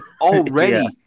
already